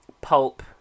pulp